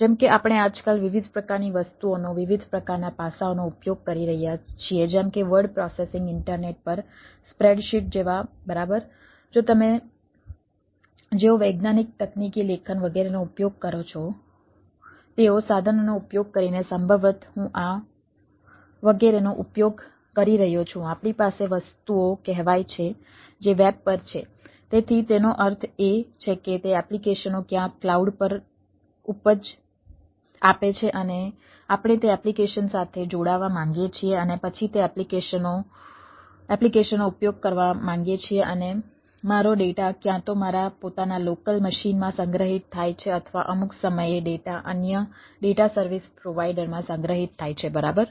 જેમ કે આપણે આજકાલ વિવિધ પ્રકારની વસ્તુઓનો વિવિધ પ્રકારના પાસાઓનો ઉપયોગ કરી રહ્યા છીએ જેમ કે વર્ડ પ્રોસેસિંગ મશીનમાં સંગ્રહિત થાય છે અથવા અમુક સમયે ડેટા અન્ય ડેટા સર્વિસ પ્રોવાઈડરમાં સંગ્રહિત થાય છે બરાબર